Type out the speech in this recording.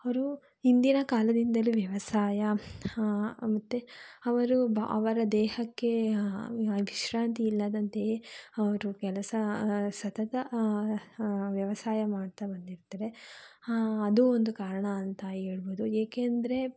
ಅವರು ಹಿಂದಿನ ಕಾಲದಿಂದಲೂ ವ್ಯವಸಾಯ ಮತ್ತು ಅವರು ಅವರ ದೇಹಕ್ಕೆ ವಿಶ್ರಾಂತಿ ಇಲ್ಲದಂತೆಯೇ ಅವರು ಕೆಲಸ ಸತತ ವ್ಯವಸಾಯ ಮಾಡ್ತಾ ಬಂದಿರ್ತಾರೆ ಅದು ಒಂದು ಕಾರಣ ಅಂತ ಹೇಳ್ಬೋದು ಏಕೆಂದರೆ